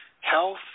health